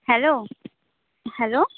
hello hello